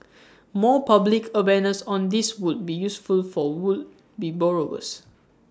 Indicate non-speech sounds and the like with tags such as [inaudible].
[noise] more public awareness on this would be useful for would be borrowers